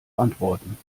antworten